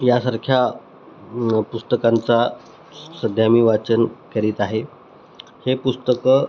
यांसारख्या पुस्तकांचा स् सध्या मी वाचन करीत आहे हे पुस्तकं